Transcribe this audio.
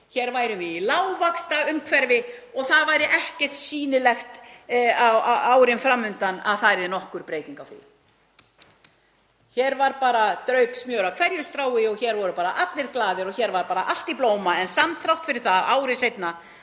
Hér værum við í lágvaxtaumhverfi og það væri ekkert sýnilegt árin fram undan um að það yrði nokkur breyting á því. Hér bara draup smjör af hverju strái og hér voru bara allir glaðir og hér var allt í blóma en þrátt fyrir það hafði